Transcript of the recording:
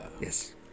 Yes